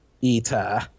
eater